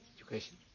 education